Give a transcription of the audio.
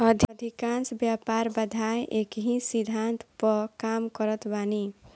अधिकांश व्यापार बाधाएँ एकही सिद्धांत पअ काम करत बानी